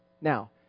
Now